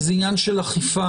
זה עניין של אכיפה,